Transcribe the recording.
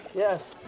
yes.